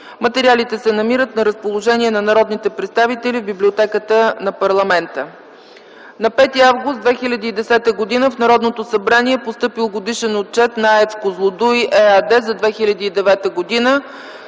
Материалите се намират на разположение на народните представители в Библиотеката на парламента. На 5 август 2010 г. в Народното събрание е постъпил Годишен отчет на „АЕЦ Козлодуй” ЕАД за 2009 г.